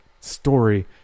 story